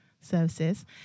services